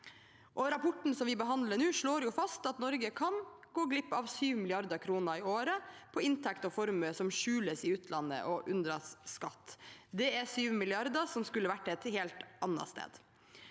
Rapporten vi behandler nå, slår fast at Norge kan gå glipp av 7 mrd. kr i året fra inntekt og formue som skjules i utlandet og unndras skatt. Det er 7 mrd. kr som skulle vært et helt annet sted.